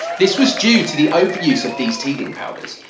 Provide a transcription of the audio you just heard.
this was due to the overuse of these teething powders.